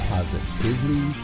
Positively